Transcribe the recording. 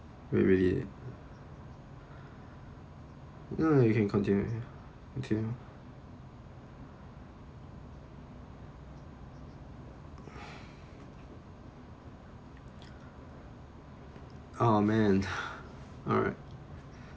really really ya you continue okay ah man alright